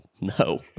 no